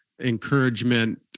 encouragement